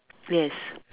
yes